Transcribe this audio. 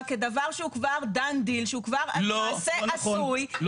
כדבר שהוא כבר דאן דייל שהוא כבר מעשה עשוי --- לא נכון,